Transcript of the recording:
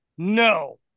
No